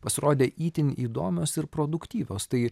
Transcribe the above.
pasirodė itin įdomios ir produktyvios tai